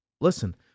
listen